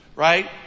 Right